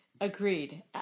Agreed